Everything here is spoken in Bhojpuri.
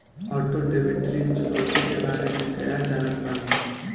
ऑटो डेबिट ऋण चुकौती के बारे में कया जानत बानी?